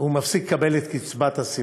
מפסיק לקבל את קצבת הסיעוד.